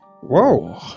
Whoa